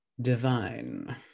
Divine